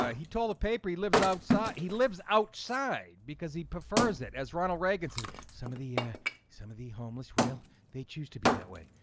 ah he told the paper he lives outside he lives outside because he prefers it as ronald reagan said some of the ah some of the homeless will they choose to be that way?